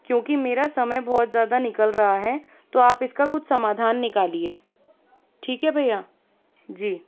क्योंकि मेरा समय बहुत ज़्यादा निकल रहा है तो आप इसका कुछ समाधान निकालिये ठीक है भैया जी